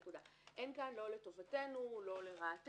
כלומר, אין כאן לא לטובתנו, לא לרעתנו.